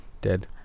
Dead